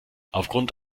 aufgrund